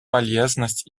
полезность